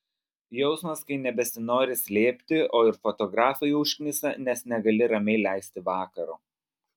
jausmas kai nebesinori slėpti o ir fotografai užknisa nes negali ramiai leisti vakaro